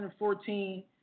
2014